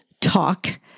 talk